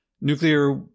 Nuclear